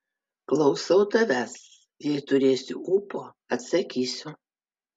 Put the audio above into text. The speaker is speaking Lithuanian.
klausau tavęs jei turėsiu ūpo atsakysiu